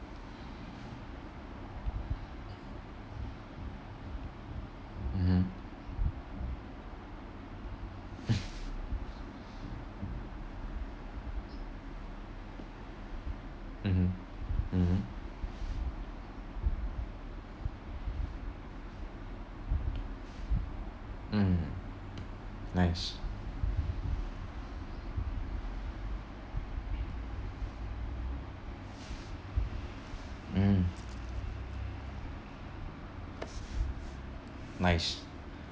mmhmm mmhmm mmhmm mm nice mm nice